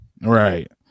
Right